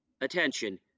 Attention